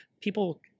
people